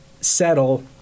settle